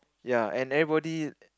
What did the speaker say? ya and everybody